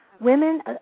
Women